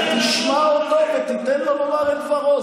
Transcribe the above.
אתה תשמע אותו ותיתן לו לומר את דברו.